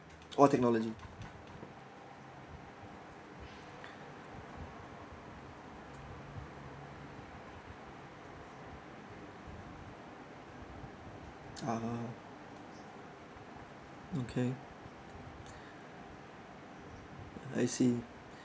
or technology oh okay I see